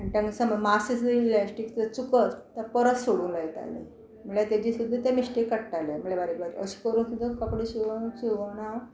म्हणटकी समज मातशें सुद्दां इलॅश्टीक सुद्दां चुकत तर परत सोडूंक लायताले म्हणल्यार तेजी सुद्दां ते मिस्टेक काडटाले म्हळ्यार बारीक बारीक अशें करून सुद्दां कपडे शिंवंक शिवण हांव